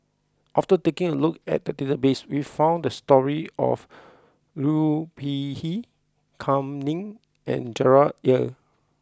after taking a look at the database we found the stories of Liu Peihe Kam Ning and Gerard Ee